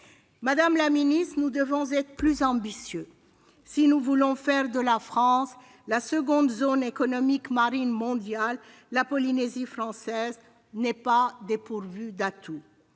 Madame la ministre, nous devons être plus ambitieux. Si nous voulons faire de la France la seconde zone économique marine mondiale, la Polynésie française n'est pas dépourvue d'atouts.